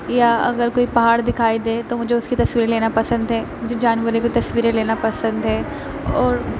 یا اگر کوئی پہاڑ دکھائی دے تو مجھے اس کی تصویریں لینا پسند ہے مجھے جانوروں کی تصویریں لینا پسند ہے اور